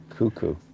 Cuckoo